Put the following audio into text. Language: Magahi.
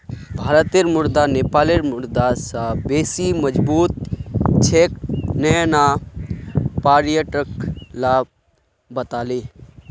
भारतेर मुद्रा नेपालेर मुद्रा स बेसी मजबूत छेक यन न पर्यटक ला बताले